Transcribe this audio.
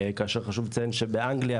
כאשר חשוב לציין שבאנגליה,